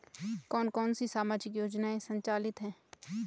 कौन कौनसी सामाजिक योजनाएँ संचालित है?